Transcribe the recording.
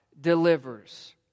delivers